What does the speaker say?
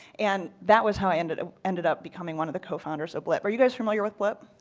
and that was how i ended ah ended up becoming one of the cofounders of blip. are you guys familiar with blip?